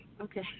Okay